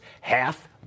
half